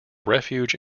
refuge